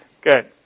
Good